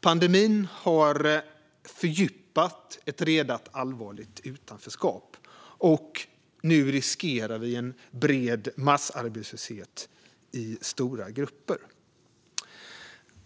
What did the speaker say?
Pandemin har fördjupat ett redan allvarligt utanförskap, och nu riskerar vi en bred massarbetslöshet i stora grupper.